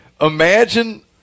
imagine